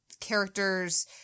characters